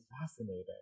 fascinating